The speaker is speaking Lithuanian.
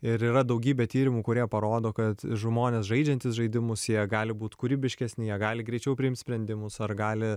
ir yra daugybė tyrimų kurie parodo kad žmonės žaidžiantys žaidimus jie gali būt kūrybiškesni jie gali greičiau priimt sprendimus ar gali